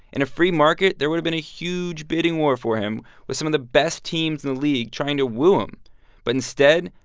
in a free market, there would've been a huge bidding war for him with some of the best teams in the league trying to woo him but instead,